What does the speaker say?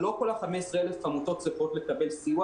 כל ה-15,000 עמותות צריכות לקבל סיוע.